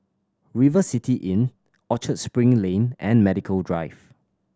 River City Inn Orchard Spring Lane and Medical Drive